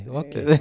okay